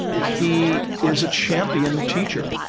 he is a champion teacher